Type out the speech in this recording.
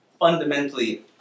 fundamentally